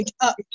up